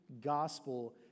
gospel